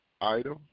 item